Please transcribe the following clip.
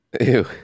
Ew